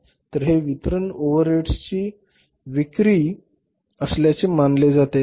तर हे वितरण ओव्हरहेडची विक्री असल्याचे मानले जाते